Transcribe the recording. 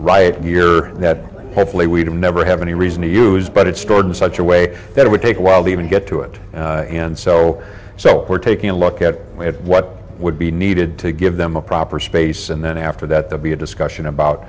riot gear that hopefully we'd never have any reason to you but it's stored in such a way that it would take well even get to it and so so we're taking a look at what would be needed to give them a proper space and then after that the be a discussion about